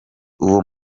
uwo